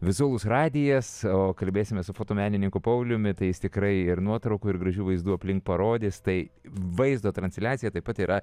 vizualus radijas o kalbėsime su fotomenininku pauliumi tai jis tikrai ir nuotraukų ir gražių vaizdų aplink parodys tai vaizdo transliaciją taip pat yra